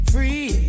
Free